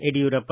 Yediyurappa